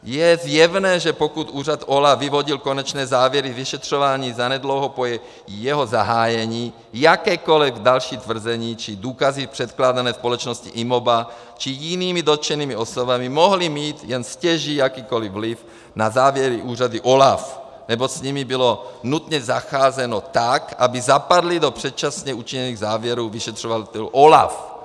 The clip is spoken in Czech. Je zjevné, že pokud úřad OLAF vyvodil konečné závěry z vyšetřování zanedlouho po jeho zahájení, jakékoliv další tvrzení či důkazy předkládané společností IMOBA či jinými dotčenými osobami mohly mít jen stěží jakýkoliv vliv na závěry úřadu OLAF, neboť s nimi bylo nutně zacházeno tak, aby zapadly do předčasně učiněných závěrů vyšetřovatelů OLAF.